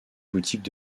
boutique